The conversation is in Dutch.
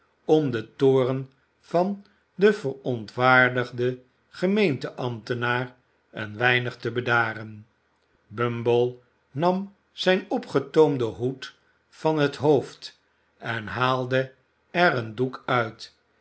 om den toorn van den verontwaardigden gemeente ambtenaar een weinig te bedaren bumble nam zijn opgetoomden hoed van het hoofd en haalde er een doek uit